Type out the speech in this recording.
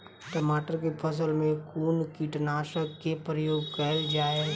टमाटर केँ फसल मे कुन कीटनासक केँ प्रयोग कैल जाय?